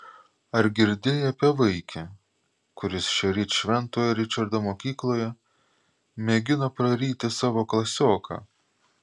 ar girdėjai apie vaikį kuris šįryt šventojo ričardo mokykloje mėgino praryti savo klasioką